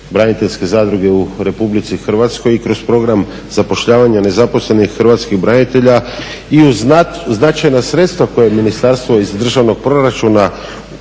Hrvatskoj